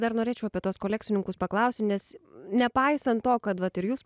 dar norėčiau apie tuos kolekcininkus paklausti nes nepaisant to kad vat ir jūs